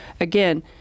Again